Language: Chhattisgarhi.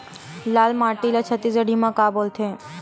लाल माटी ला छत्तीसगढ़ी मा का बोलथे?